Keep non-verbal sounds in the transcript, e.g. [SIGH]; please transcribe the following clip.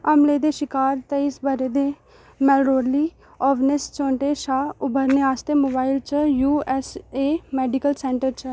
हमले दे शिकार तेइस ब'रे दे मलरोल्ली [UNINTELLIGIBLE] चोंटें शा उबरने आस्तै मोबाइल च U S A medical centre च